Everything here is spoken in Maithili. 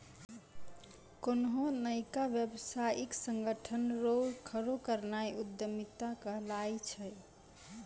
कोन्हो नयका व्यवसायिक संगठन रो खड़ो करनाय उद्यमिता कहलाय छै